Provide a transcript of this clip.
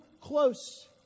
close